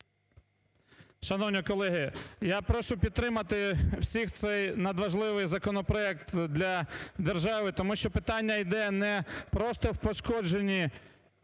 Шановні колеги, я прошу підтримати всіх цей надважливий законопроект для держави, тому що питання йде не просто в пошкодженні